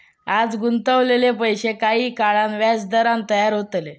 आज गुंतवलेले पैशे काही काळान व्याजदरान तयार होतले